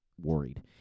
worried